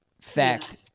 fact